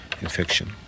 infection